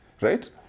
Right